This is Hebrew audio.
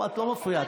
את לא מפריעה,